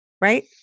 Right